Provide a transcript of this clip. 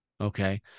okay